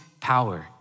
power